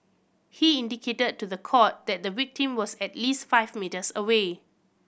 he indicated to the court that the victim was at least five metres away